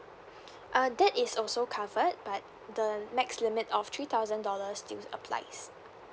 uh that is also covered but the max limit of three thousand dollars still applies